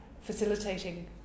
facilitating